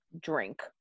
drink